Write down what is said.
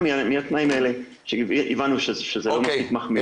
מהתנאים האלה כשהבנו שזה פשוט מחמיר.